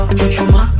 Chuchuma